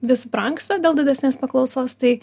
vis brangsta dėl didesnės paklausos tai